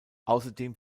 außerdem